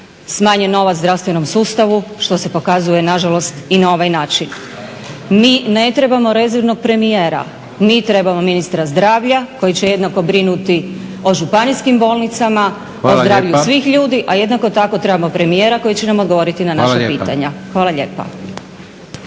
smanjen novac zdravstvenom sustavu što se pokazuje nažalost i na ovaj način. Mi ne trebamo rezervnog premijera, mi trebamo ministra zdravlja koji će jednako brinuti o županijskim bolnicama, o zdravlju svih ljudi, a jednako tako trebamo premijera koji će nam odgovoriti na naša pitanja. Hvala lijepa.